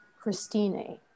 Christine